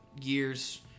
years